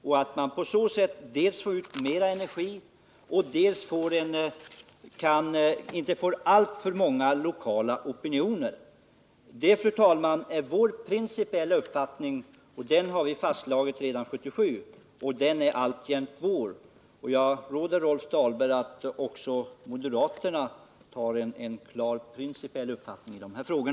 Dels får man på så sätt ut mer energi, dels får man inte alltför många lokala opinioner. Det är, fru talman, vår principiella uppfattning, och den har vi alltså fastställt redan 1977. Jag råder Rolf Dahlberg att verka för att också moderaterna skall hävda en klar principiell uppfattning i dessa frågor.